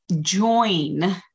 join